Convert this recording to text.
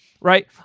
right